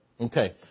Okay